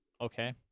okay